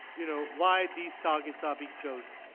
you know why these targets are being chosen.